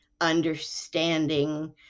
understanding